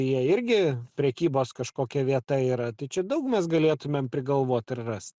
jie irgi prekybos kažkokia vieta yra tai čia daug mes galėtumėm prigalvot ir rast